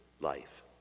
life